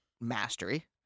mastery